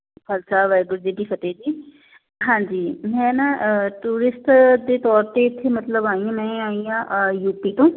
ਖਾਲਸਾ ਵਾਹਿਗੁਰੂ ਜੀ ਕੀ ਫਤਿਹ ਜੀ ਹਾਂਜੀ ਮੈਂ ਨਾ ਟੂਰਿਸਟ ਦੇ ਤੌਰ 'ਤੇ ਇੱਥੇ ਮਤਲਬ ਆਈ ਹਾਂ ਮੈਂ ਆਈ ਹਾਂ ਯੂਪੀ ਤੋਂ